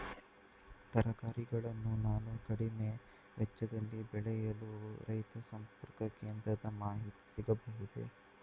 ತರಕಾರಿಗಳನ್ನು ನಾನು ಕಡಿಮೆ ವೆಚ್ಚದಲ್ಲಿ ಬೆಳೆಯಲು ರೈತ ಸಂಪರ್ಕ ಕೇಂದ್ರದ ಮಾಹಿತಿ ಸಿಗಬಹುದೇ?